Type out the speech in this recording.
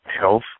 health